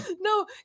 no